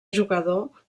jugador